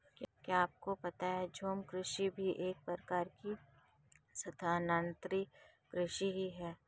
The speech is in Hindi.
क्या आपको पता है झूम कृषि भी एक प्रकार की स्थानान्तरी कृषि ही है?